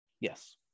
yes